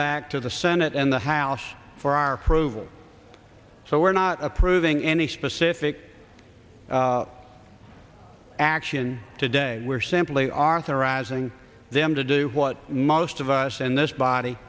back to the senate and the house for our approval so we're not approving any specific action today we're simply arthur razzing them to do what most of us in this body